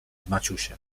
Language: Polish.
maciusiem